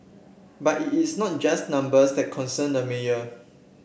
but it is not just numbers that concern the mayor